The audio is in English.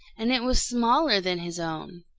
and it was smaller than his own.